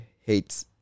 hates